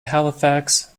halifax